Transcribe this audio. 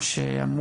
שאם אני לא טועה,